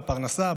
בפרנסה,